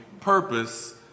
purpose